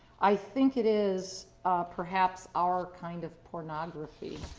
i think it is a perhaps our kind of pornography.